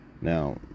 Now